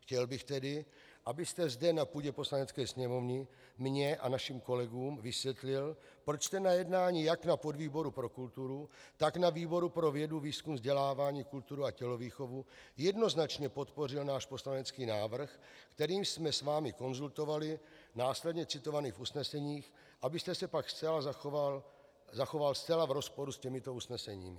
Chtěl bych tedy, abyste zde, na půdě Poslanecké sněmovny, mně a našim kolegům vysvětlil, proč jste na jednání jak na podvýboru pro kulturu, tak na výboru pro vědu, výzkum, vzdělání, kulturu a tělovýchovu jednoznačně podpořil náš poslanecký návrh, který jsme s vámi konzultovali v následně citovaných usneseních, abyste se pak zachoval zcela v rozporu s těmito usneseními.